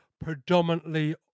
Predominantly